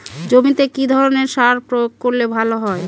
জমিতে কি ধরনের সার প্রয়োগ করলে ভালো হয়?